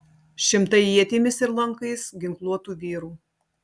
šimtai ietimis ir lankais ginkluotų vyrų